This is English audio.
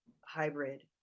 hybrid